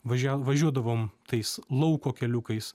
važiav važiuodavom tais lauko keliukais